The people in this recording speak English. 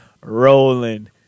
rolling